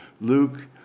luke